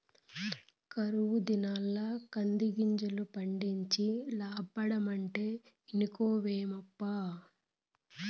ఈ కరువు దినాల్ల కందిగింజలు పండించి లాబ్బడమంటే ఇనుకోవేమప్పా